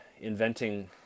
inventing